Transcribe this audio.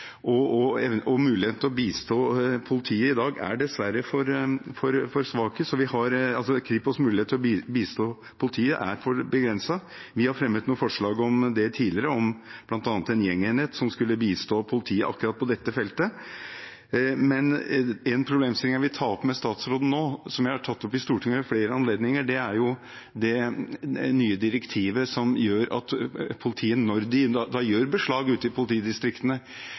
Og Kripos’ mulighet i dag til å bistå politiet er dessverre for begrenset. Vi har fremmet noen forslag om det tidligere, om bl.a. en gjengenhet som skulle bistå politiet akkurat på dette feltet. Men en problemstilling jeg vil ta opp med statsråden nå, som jeg har tatt opp i Stortinget ved flere anledninger, går på det nye direktivet som innebærer at politiet når de gjør beslag ute i politidistriktene,